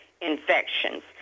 infections